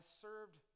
served